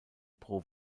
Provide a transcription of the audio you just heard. pro